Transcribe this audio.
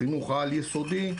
בחינוך העל-יסודי,